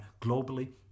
globally